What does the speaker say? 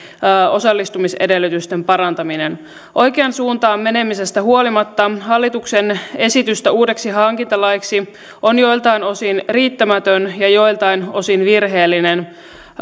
osallistumisedellytysten parantaminen oikeaan suuntaan menemisestä huolimatta hallituksen esitys uudeksi hankintalaiksi on joiltain osin riittämätön ja joiltain osin virheellinen